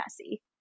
messy